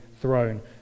throne